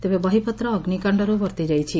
ତେବେ ବହିପତ୍ର ଅଗ୍ବିକାଣ୍ଡରୁ ବର୍ତ୍ରି ଯାଇଛି